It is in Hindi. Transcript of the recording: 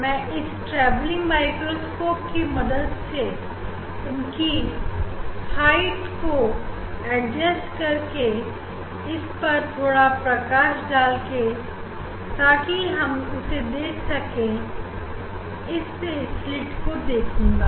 मैं इस ट्रैवलिंग माइक्रोस्कोप की मदद से और इसकी हाइट को एडजस्ट करके इस पर थोड़ा प्रकाश डाल के ताकि हम उसे देख सके इससे सिलिट को देखूंगा